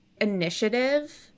initiative